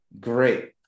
Great